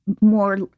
More